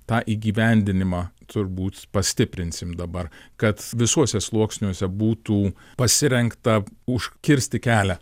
tą įgyvendinimą turbūt pastiprinsim dabar kad visuose sluoksniuose būtų pasirengta užkirsti kelią